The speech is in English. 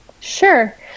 Sure